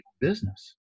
business